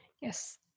Yes